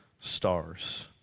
stars